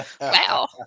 Wow